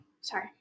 sorry